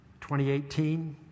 2018